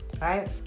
Right